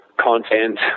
content